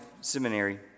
seminary